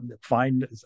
find